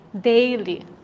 daily